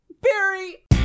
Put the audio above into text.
Barry